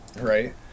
Right